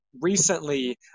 Recently